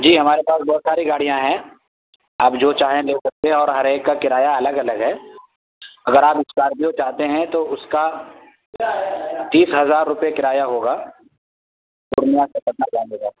جی ہمارے پاس بہت ساری گاڑیاں ہیں آپ جو چاہیں لے سکتے ہیں اور ہر ایک کا کرایہ الگ الگ ہے اگر آپ اسکارپیو چاہتے ہیں تو اس کا تیس ہزار روپے کرایہ ہوگا پورنیہ سے پٹنہ جانے کا